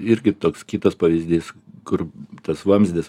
irgi toks kitas pavyzdys kur tas vamzdis